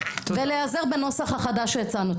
ולהיעזר בנוסח החדש שהצענו.